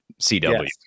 cw